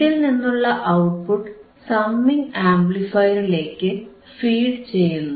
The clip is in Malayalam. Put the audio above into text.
ഇതിൽനിന്നുള്ള ഔട്ട്പുട്ട് സമ്മിംഗ് ആംപ്ലിഫയറിലേക്ക് ഫീഡ് ചെയ്യുന്നു